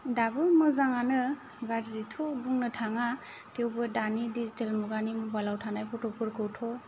दाबो मोजांआनो गाज्रिथ' बुंनो थाङा थेवबो दानि डिजिटेल मुगायाव थानाय फट' फोरखौथ'